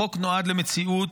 חוק נועד למציאות,